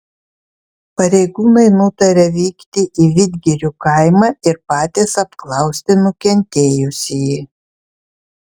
pareigūnai nutarė vykti į vidgirių kaimą ir patys apklausti nukentėjusįjį